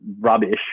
rubbish